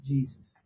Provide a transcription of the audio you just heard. Jesus